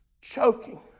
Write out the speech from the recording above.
choking